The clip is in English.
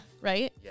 right